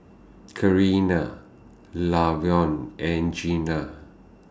Karina Lavon and Gina